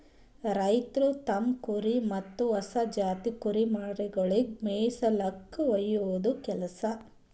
ರೈತ್ರು ತಮ್ಮ್ ಕುರಿ ಮತ್ತ್ ಹೊಸ ಜಾತಿ ಕುರಿಮರಿಗೊಳಿಗ್ ಮೇಯಿಸುಲ್ಕ ಒಯ್ಯದು ಕೆಲಸ